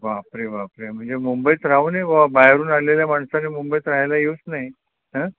बापरे बापरे म्हणजे मुंबईत राहूने बाबा बाहेरून आलेल्या माणसाने मुंबईत राहायला येऊच नाही अं